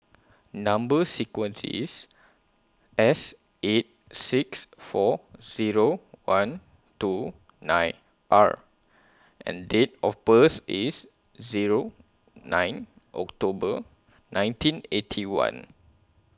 Number sequence IS S eight six four Zero one two nine R and Date of birth IS Zero nine October nineteen Eighty One